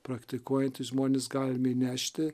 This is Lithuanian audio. praktikuojantys žmonės galim įnešti